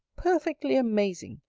perfectly amazing,